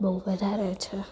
બહુ વધારે છે